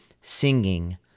Singing